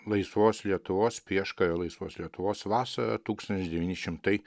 laisvos lietuvos prieškario laisvos lietuvos vasarą tūkstantis devyni šimtai